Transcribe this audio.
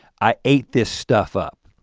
i ate this stuff up.